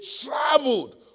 traveled